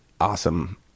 awesome